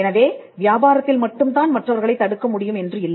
எனவே வியாபாரத்தில் மட்டும் தான் மற்றவர்களைத் தடுக்க முடியும் என்று இல்லை